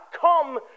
come